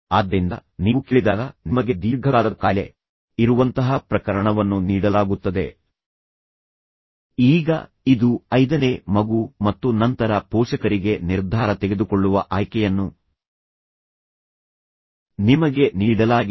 ಆದ್ದರಿಂದ ನೀವು ಕೇಳಿದಾಗ ನಿಮಗೆ ದೀರ್ಘಕಾಲದ ಕಾಯಿಲೆ ಇರುವಂತಹ ಪ್ರಕರಣವನ್ನು ನೀಡಲಾಗುತ್ತದೆ ಮತ್ತು ನಂತರ ದೀರ್ಘಕಾಲದ ಮರಣವಿದೆ ಈಗ ಇದು ಐದನೇ ಮಗು ಮತ್ತು ನಂತರ ಪೋಷಕರಿಗೆ ನಿರ್ಧಾರ ತೆಗೆದುಕೊಳ್ಳುವ ಆಯ್ಕೆಯನ್ನು ನಿಮಗೆ ನೀಡಲಾಗಿದೆ